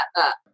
up